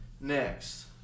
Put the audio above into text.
next